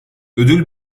ödül